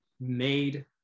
made